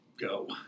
Go